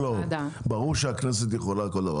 ברור שהכנסת יכולה כל דבר,